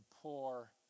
poor